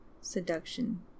seduction